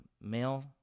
male